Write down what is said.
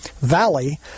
valley